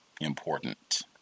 important